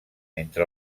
entre